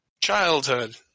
childhood